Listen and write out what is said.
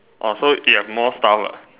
orh so you have more stuff ah